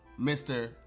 Mr